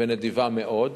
ונדיבה מאוד,